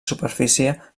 superfície